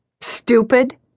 Stupid